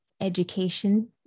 education